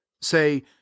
say